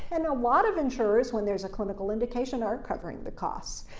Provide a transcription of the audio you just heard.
and a lot of insurers, when there is a clinical indication, are covering the costs.